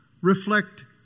reflect